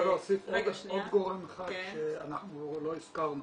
להוסיף עוד גורם אחד שאנחנו לא הזכרנו,